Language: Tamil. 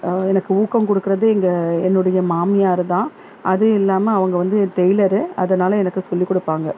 எனக்கு ஊக்கம் கொடுக்கறது எங்கள் என்னோடய மாமியாரு தான் அதுவும் இல்லாமல் அவங்க வந்து டெய்லரு அதனால் எனக்கு சொல்லி கொடுப்பாங்க